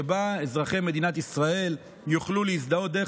שבה אזרחי מדינת ישראל יוכלו להזדהות דרך